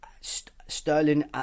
Sterling